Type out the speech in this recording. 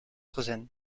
gezin